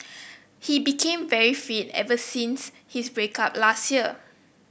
he became very fit ever since his break up last year